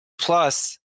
Plus